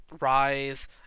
Rise